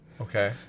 Okay